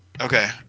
Okay